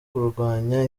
kurwanya